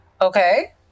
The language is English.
Okay